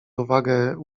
uwagę